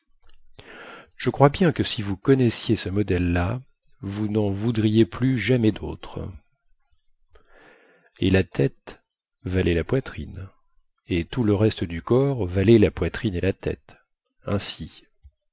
je crois bien que si vous connaissiez ce modèle là vous nen voudriez plus jamais dautre et la tête valait la poitrine et tout le reste du corps valait la poitrine et la tête ainsi